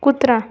कुत्रा